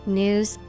news